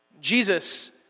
Jesus